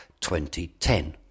2010